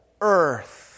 earth